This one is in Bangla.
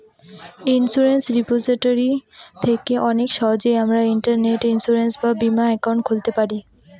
ইন্সুরেন্স রিপোজিটরি থেকে অনেক সহজেই আমরা ইন্টারনেটে ইন্সুরেন্স বা বীমা একাউন্ট খুলতে পারি